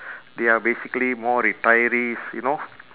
they are basically more retirees you know